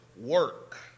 work